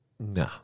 No